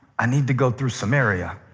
i need to go through samaria,